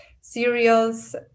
cereals